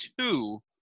two